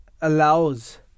allows